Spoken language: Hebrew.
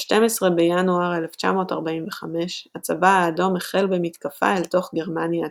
ב-12 בינואר 1945 הצבא האדום החל במתקפה אל תוך גרמניה עצמה.